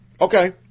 Okay